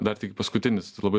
dar tik paskutinis labai